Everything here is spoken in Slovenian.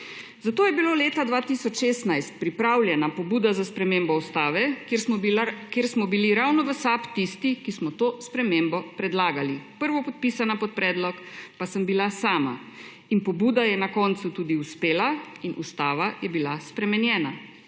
Zato je bila leta 2016 pripravljena pobuda za spremembo ustave, kjer smo bili ravno v SAB tisti, ki smo to spremembo predlagali, prvopodpisana pod predlog pa sem bila sama, in pobuda je na koncu tudi uspela in ustava je bil spremenjena.